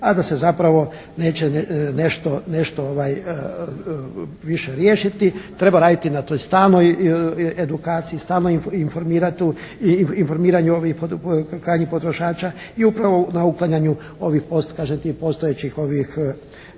a da se zapravo neće nešto više riješiti. Treba raditi na toj stalnoj edukaciji, stalnom informiranju ovih krajnjih potrošača i upravo na uklanjanju kažem tih, ovih postojećih